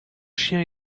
chien